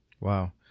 Wow